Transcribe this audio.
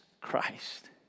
Christ